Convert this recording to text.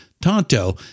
Tonto